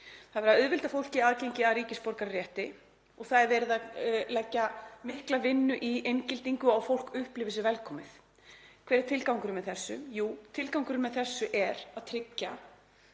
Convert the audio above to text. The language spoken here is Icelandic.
Það er verið að auðvelda fólki aðgengi að ríkisborgararétti og það er verið að leggja mikla vinnu í inngildingu og það að fólk upplifi sig velkomið. Hver er tilgangurinn með þessu? Jú, tilgangurinn með þessu er að tryggja